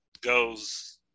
goes